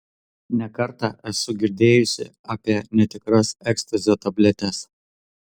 ne kartą esu girdėjusi apie netikras ekstazio tabletes